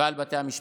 ועל בתי המשפט.